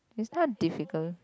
is type of difficult